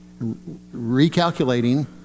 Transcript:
Recalculating